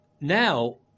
now